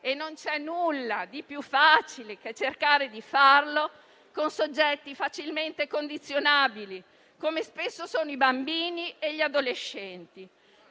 e non c'è nulla di più facile che cercare di farlo con soggetti facilmente condizionabili, come spesso sono i bambini e gli adolescenti.